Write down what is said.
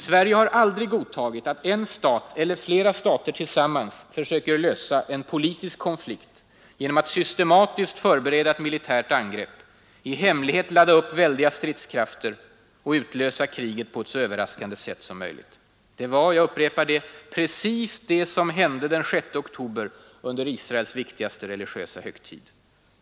Sverige har aldrig tidigare godtagit att en stat, eller flera stater tillsammans, försöker lösa en politisk konflikt genom att systematiskt förbereda ett militärt angrepp, i hemlighet ladda upp väldiga stridskrafter och utlösa kriget på ett så överraskande sätt som möjligt. Det var, jag upprepar det, precis vad som hände den 6 oktober under Israels viktigaste religiösa högtid.